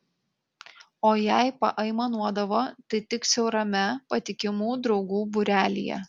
o jei paaimanuodavo tai tik siaurame patikimų draugų būrelyje